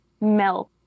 melt